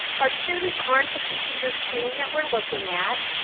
our students aren't the computer screen that we're looking at.